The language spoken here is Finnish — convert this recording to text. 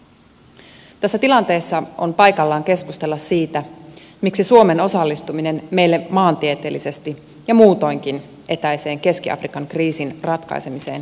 tässä tilanteessa on paikallaan keskustella siitä miksi suomen osallistuminen meille maantieteellisesti ja muutoinkin etäisen keski afrikan kriisin ratkaisemiseen on perusteltua